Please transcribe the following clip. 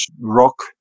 rock